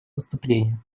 выступление